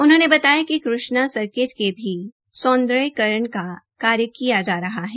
उन्होंने बताया कि कृष्णा सर्किट के भी सौन्दर्यकरण का कार्य किया जा रहा है